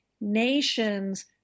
nations